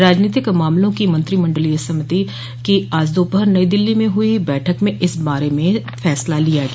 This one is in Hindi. राजनीतिक मामलों की मंत्रिमंडलीय समिति की आज दोपहर नई दिल्ली में हुई बैठक में इस बारे में फैसला लिया गया